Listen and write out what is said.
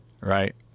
right